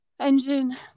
Engine